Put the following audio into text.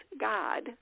God